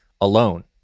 alone